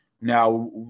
Now